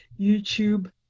YouTube